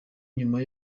nyuma